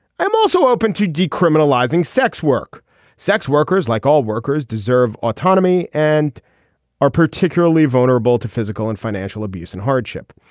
i'm also open to decriminalizing sex work sex workers like all workers deserve autonomy and are particularly vulnerable to physical and financial abuse and hardship.